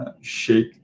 shake